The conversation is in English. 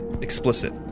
Explicit